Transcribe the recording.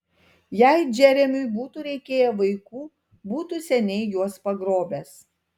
jei džeremiui būtų reikėję vaikų būtų seniai juos pagrobęs